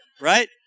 right